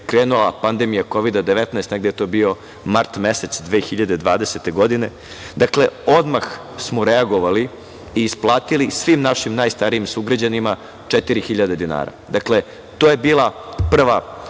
krenula pandemija Kovida-19, negde je to bio mart mesec 2020. godine, dakle, odmah smo reagovali i isplatili svim našim najstarijim sugrađanima 4.000 dinara. Dakle, to je bila prva